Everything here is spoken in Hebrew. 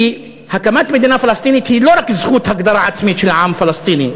כי הקמת מדינה פלסטינית היא לא רק זכות הגדרה עצמית של העם הפלסטיני,